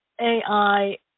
AI